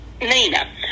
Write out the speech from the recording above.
nina